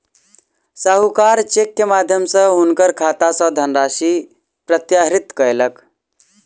साहूकार चेक के माध्यम सॅ हुनकर खाता सॅ धनराशि प्रत्याहृत कयलक